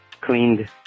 cleaned